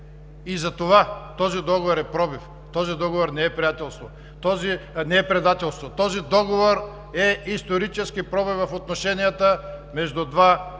Затова този договор е пробив, този договор не е предателство. Този договор е исторически пробив в отношенията между два